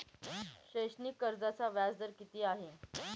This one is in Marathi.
शैक्षणिक कर्जाचा व्याजदर किती आहे?